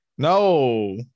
No